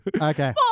Okay